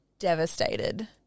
devastated